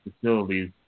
facilities